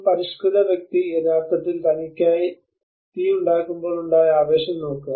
ഒരു പരിഷ്കൃത വ്യക്തി യഥാർത്ഥത്തിൽ തനിക്കായി തീ ഉണ്ടാക്കുമ്പോൾ ഉണ്ടായ ആവേശം നോക്കുക